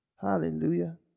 Hallelujah